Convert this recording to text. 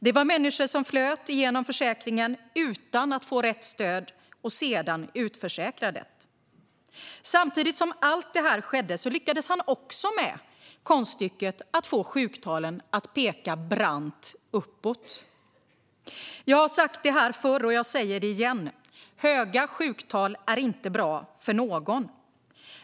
Det var människor som flöt igenom försäkringen utan att få rätt stöd och sedan utförsäkrades. Samtidigt som allt detta skedde lyckades han också med konststycket att få sjuktalen att peka brant uppåt. Jag har sagt det här förr och jag säger det igen: Höga sjuktal är inte bra för någon.